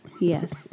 yes